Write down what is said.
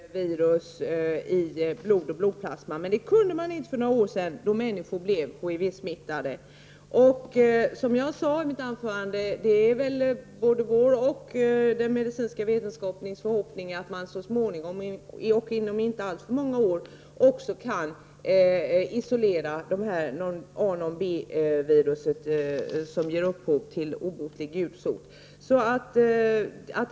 Herr talman! Numera kan man genom värmebehandling eliminera riskerna när det gäller HIV-virus i blod och blodplasma. Men det kunde man inte för några år sedan. Då kunde människor bli smittade. Som jag sade i mitt tidigare anförande är det vår förhoppning, och det hoppas man också inom den medicinska vetenskapen, att det inte skall dröja alltför många år tills det blir möjligt att isolera det non A non B-virus som ger upphov till obotlig gulsot.